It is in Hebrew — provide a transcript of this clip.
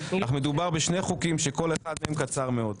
אך מדובר בשני חוקים שכל אחד מהם קצר מאוד.